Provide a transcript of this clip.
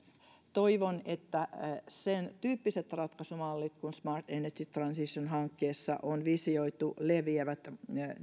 toivon että sentyyppiset ratkaisumallit kuin smart energy transition hankkeessa on visioitu leviävät